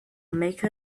make